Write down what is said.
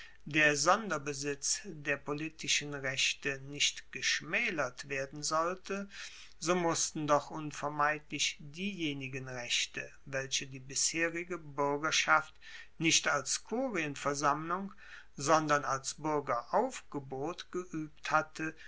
der sonderbesitz der politischen rechte nicht geschmaelert werden sollte so mussten doch unvermeidlich diejenigen rechte welche die bisherige buergerschaft nicht als kurienversammlung sondern als buergeraufgebot geuebt hatte